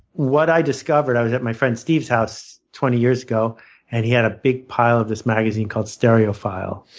what i discovered, i was at my friend steve's house twenty years ago and he had a big pile of this magazine called stereo file.